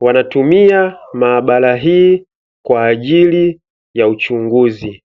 wanatumia maabara hii kwa ajili ya uchunguzi.